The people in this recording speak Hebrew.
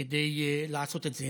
כדי לעשות את זה.